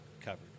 covered